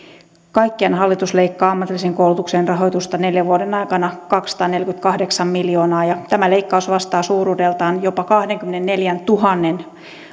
kaikkiaan hallitus leikkaa ammatillisen koulutuksen rahoitusta neljän vuoden aikana kaksisataaneljäkymmentäkahdeksan miljoonaa ja tämä leikkaus vastaa suuruudeltaan jopa kahdenkymmenenneljäntuhannen